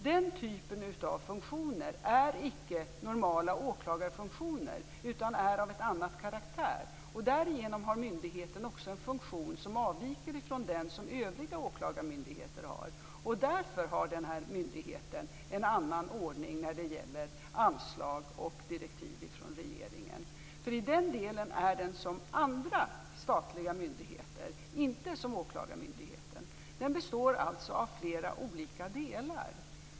Den typen av funktioner är icke normala åklagarfunktioner utan är av en annan karaktär. Därigenom har myndigheten också en funktion som avviker från den som övriga åklagarmyndigheter har. Därför har denna myndighet en annan ordning när det gäller anslag och direktiv från regeringen. I den delen är den som andra statliga myndigheter, inte som åklagarmyndigheten. Den består alltså av flera olika delar.